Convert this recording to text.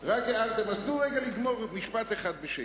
תנו רגע לגמור משפט אחד בשקט.